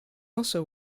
also